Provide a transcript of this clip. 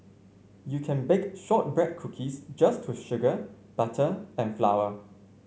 you can bake shortbread cookies just to sugar butter and flour